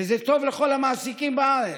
וזה טוב לכל המעסיקים בארץ.